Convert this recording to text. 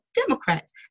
Democrats